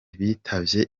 bitavye